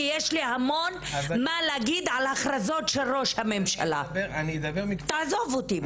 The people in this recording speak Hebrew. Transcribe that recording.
כי יש לי המון מה להגיד על ההכרזות של ראש הממשלה - תעזוב אותי.